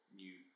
new